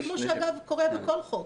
כמו שאגב קורה בכל חוק.